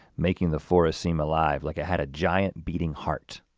making the forest seem alive like it had a giant beating heart.